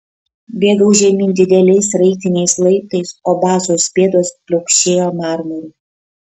bėgau žemyn dideliais sraigtiniais laiptais o basos pėdos pliaukšėjo marmuru